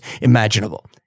imaginable